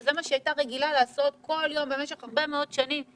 שזה מה שהיא הייתה רגילה לעשות כל יום במשך הרבה מאוד שנים,